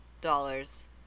dollars